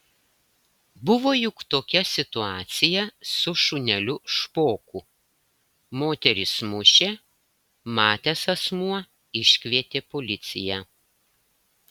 buvo juk tokia situacija su šuneliu špoku moteris mušė matęs asmuo iškvietė policiją